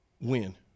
win